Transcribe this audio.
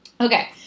Okay